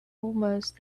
almost